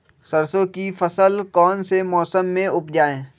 सरसों की फसल कौन से मौसम में उपजाए?